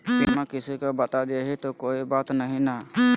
पिनमा किसी को बता देई तो कोइ बात नहि ना?